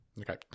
Okay